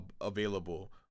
available